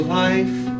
life